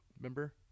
remember